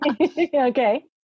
Okay